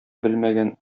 белмәгән